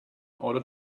order